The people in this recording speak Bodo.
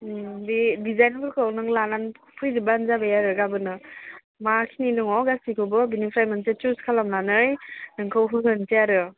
बे डिजाइनफोरखौ नों लानानै फैजोबबानो जाबाय आरो गाबोन माखिनि दङ गासैखौबो बेनिफ्राय मोनसे सुज खालामनानै नोंखौ होग्रोनोसै आरो